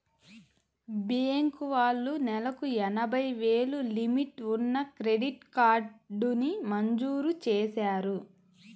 bank వాళ్ళు నెలకు ఎనభై వేలు లిమిట్ ఉన్న క్రెడిట్ కార్డుని మంజూరు చేశారు